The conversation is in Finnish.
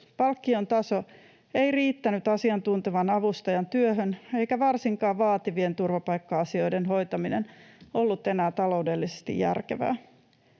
Palkkion taso ei riittänyt asiantuntevan avustajan työhön, eikä varsinkaan vaativien turvapaikka-asioiden hoitaminen ollut enää taloudellisesti järkevää.